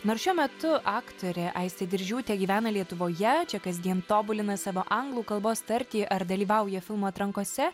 nors šiuo metu aktorė aistė diržiūtė gyvena lietuvoje čia kasdien tobulina savo anglų kalbos tartį ar dalyvauja filmų atrankose